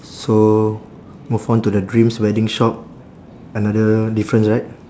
so move on to the dreams wedding shop another difference right